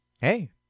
hey